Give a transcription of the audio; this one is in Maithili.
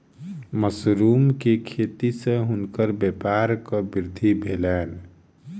मशरुम के खेती सॅ हुनकर व्यापारक वृद्धि भेलैन